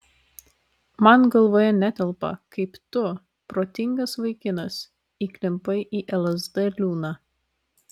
man galvoje netelpa kaip tu protingas vaikinas įklimpai į lsd liūną